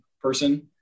person